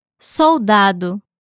Soldado